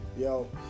Yo